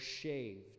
shaved